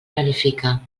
planifica